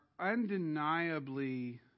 undeniably